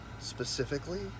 specifically